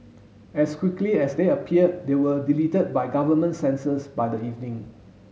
as quickly as they appeared they were deleted by government censors by the evening